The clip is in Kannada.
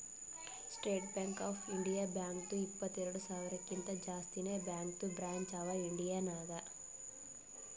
ಸ್ಟೇಟ್ ಬ್ಯಾಂಕ್ ಆಫ್ ಇಂಡಿಯಾ ಬ್ಯಾಂಕ್ದು ಇಪ್ಪತ್ತೆರೆಡ್ ಸಾವಿರಕಿಂತಾ ಜಾಸ್ತಿನೇ ಬ್ಯಾಂಕದು ಬ್ರ್ಯಾಂಚ್ ಅವಾ ಇಂಡಿಯಾ ನಾಗ್